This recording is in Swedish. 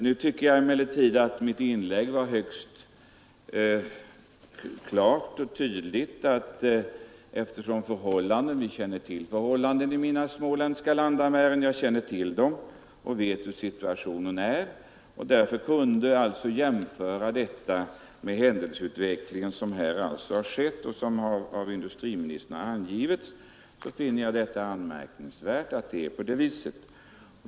Nu tycker jag emellertid att mitt inlägg var mycket klart och tydligt. Jag känner till förhållandena i mina småländska landamären, jag vet hur situationen är. Jag kan alltså jämföra dessa förhållanden med den utveckling som skett och som industriministern angivit. Jag finner att det är anmärkningsvärt att förhållandena är sådana.